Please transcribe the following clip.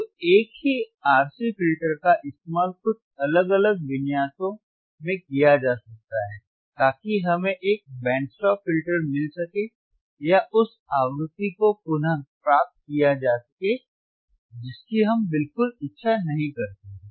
तो एक ही आरसी फिल्टर का इस्तेमाल कुछ अलग अलग विन्यासों में किया जा सकता है ताकि हमें एक बैंड स्टॉप फिल्टर मिल सके या उस आवृत्ति को पुनः प्राप्त किया जा सके जिसकी हम बिल्कुल इच्छा नहीं करते हैं